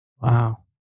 Wow